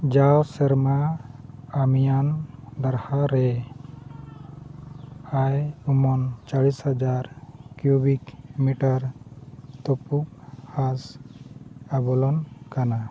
ᱡᱟᱣ ᱥᱮᱨᱢᱟ ᱠᱟᱹᱢᱤᱭᱟᱱ ᱫᱟᱨᱦᱟ ᱨᱮ ᱟᱭ ᱩᱢᱟᱹᱱ ᱪᱚᱞᱞᱤᱥ ᱦᱟᱡᱟᱨ ᱠᱤᱭᱩᱵᱤᱠ ᱢᱤᱴᱟᱨ ᱛᱩᱯᱩ ᱟᱥ ᱮ ᱟᱵᱚᱞᱚᱱ ᱠᱟᱱᱟ